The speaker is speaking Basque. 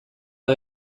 eta